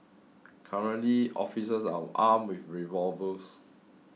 currently officers are armed with revolvers